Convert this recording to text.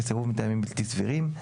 כסירוב מטעמים בלתי סבירים.